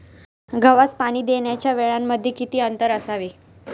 गव्हास पाणी देण्याच्या वेळांमध्ये किती अंतर असावे?